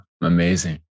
Amazing